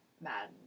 Mad